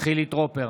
חילי טרופר,